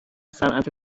صنعت